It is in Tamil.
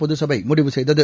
பொதுச்சபைமுடிவு செய்தது